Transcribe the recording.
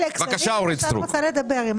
אלכס, אני רוצה לדבר.